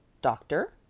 doctor,